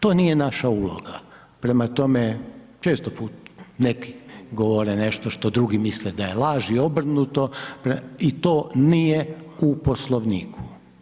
To nije naša uloga, prema tome često puta neki govore nešto što drugi misle da je laž i obrnuto i to nije u Poslovniku.